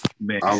Man